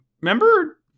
remember